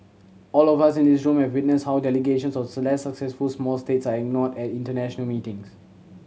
all of us in this room have witnessed how delegations of successful small states are ignored at international meetings